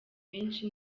benshi